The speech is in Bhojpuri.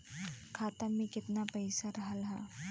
खाता में केतना पइसा रहल ह?